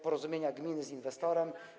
porozumienia gmin z inwestorem.